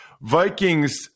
Vikings